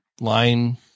line